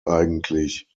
eigentlich